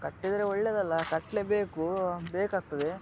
ಕಟ್ಟಿದ್ದರೆ ಒಳ್ಳೆಯದಲ್ಲ ಕಟ್ಟಲೇಬೇಕು ಬೇಕಾಗ್ತದೆ